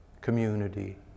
community